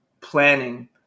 planning